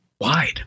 wide